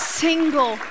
single